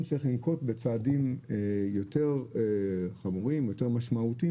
אם צריך לנקוט בצעדים יותר חמורים יותר משמעותיים